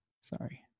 sorry